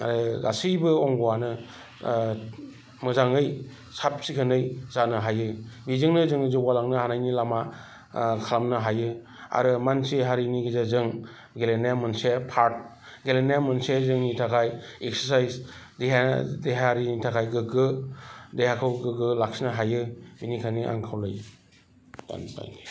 ओ गासिबो अंग' आनो ओ मोजांङै साब सिखोनै जानो हायो बेजोंनो जों जौगालांनो हानायनि लामा आ खालामनो हायो आरो मानसि हारिनि गेजेरजों गेलेनाया मोनसे पार्ट गेलेनाया मोनसे जोंनि थाखाय एकसारसाइस देहा देहायारिनि थाखाय गोगो देहाखौ गोगो लाखिनो हायो बिनिखायनो आं खावलायो